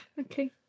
Okay